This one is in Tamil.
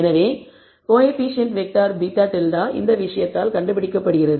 எனவே கோஎஃபீஷியேன்ட் வெக்டார் β̂ இந்த விஷயத்தால் கண்டுபிடிக்கப்படுகிறது